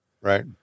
Right